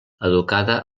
educada